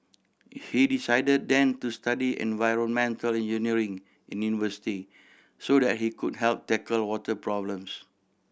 he decided then to study environmental engineering in university so that he could help tackle water problems